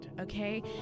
okay